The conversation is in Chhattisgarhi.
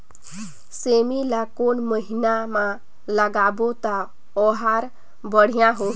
सेमी ला कोन महीना मा लगाबो ता ओहार बढ़िया होही?